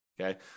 Okay